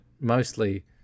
mostly